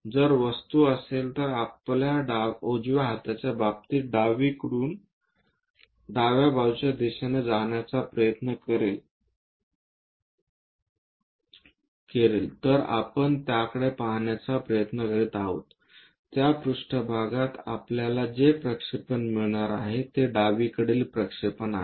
जर वस्तू आपल्या उजव्या हाताच्या बाबतीत असेल तर डावीकडून डाव्या बाजूच्या दिशेने जाण्याचा प्रयत्न केला तर आपण त्याकडे पाहण्याचा प्रयत्न करीत आहोत तर त्या पृष्ठभागात आपल्याला जे प्रक्षेपण मिळणार आहे ते डावीकडील प्रक्षेपण आहे